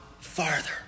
farther